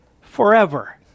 forever